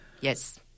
Yes